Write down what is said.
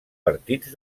partits